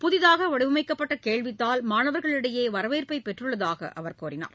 புதிதாக வடிவமைக்கப்பட்டுள்ள கேள்வித்தாள் மாணவர்களிடையே வரவேற்பை பெற்றுள்ளதாக அவர் தெரிவித்தார்